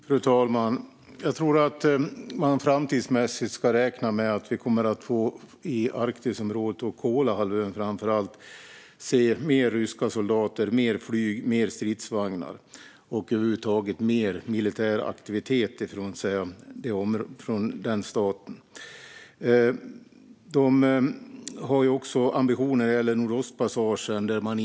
Fru talman! Jag tror att man framtidsmässigt ska räkna med att vi, framför allt i Arktisområdet och på Kolahalvön, kommer att få se fler ryska soldater, flyg och stridsvagnar och över huvud taget mer militär aktivitet från den staten. Man har också ambitioner när det gäller Nordostpassagen.